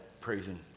praising